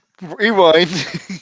Rewind